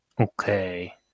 Okay